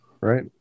right